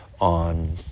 on